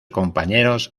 compañeros